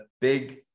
big